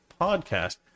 podcast